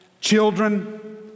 children